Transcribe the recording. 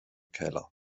keller